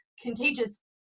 contagious